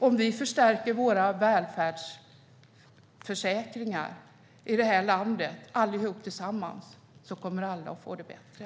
Om vi förstärker våra välfärdsförsäkringar i det här landet, allihop tillsammans, kommer alla att få det bättre.